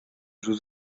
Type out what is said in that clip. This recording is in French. jeux